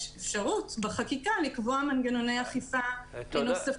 יש אפשרות בחקיקה לקבוע מנגנוני אכיפה נוספים.